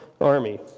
army